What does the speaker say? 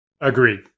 Agreed